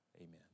Amen